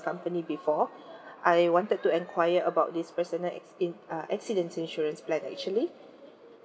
company before I wanted to enquire about this personal in~ uh accidents insurance plan actually